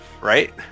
right